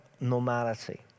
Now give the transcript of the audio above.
normality